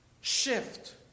Shift